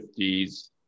50s